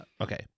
Okay